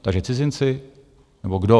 Takže cizinci, nebo kdo?